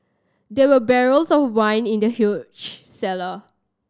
there were barrels of wine in the huge cellar